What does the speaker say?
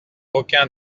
aucun